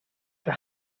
der